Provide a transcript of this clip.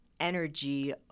energy